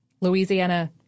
Louisiana